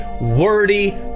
wordy